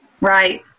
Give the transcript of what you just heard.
Right